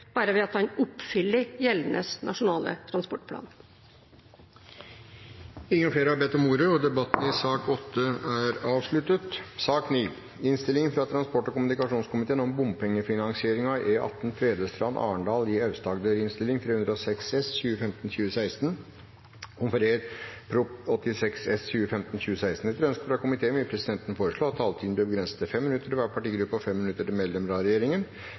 bare han oppfyller gjeldende Nasjonal transportplan. Flere har ikke bedt om ordet til sak nr. 8. Etter ønske fra transport- og kommunikasjonskomiteen vil presidenten foreslå at taletiden blir begrenset til 5 minutter til hver partigruppe og 5 minutter til medlemmer av regjeringen.